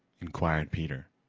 inquired peter.